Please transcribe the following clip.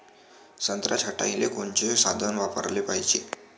संत्रा छटाईले कोनचे साधन वापराले पाहिजे?